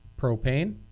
propane